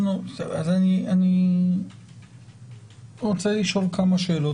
אני רוצה לשאול כמה שאלות.